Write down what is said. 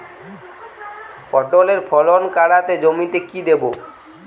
পটলের ফলন কাড়াতে জমিতে কি দেবো?